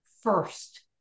first